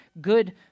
good